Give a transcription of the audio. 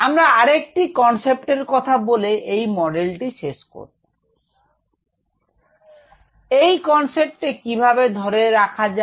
আমরা আরেকটি কনসেপ্টের কথা বলে এই মডেলটি শেষ করবো এই কনসেপ্টে কিভাবে ধরে রাখা হবে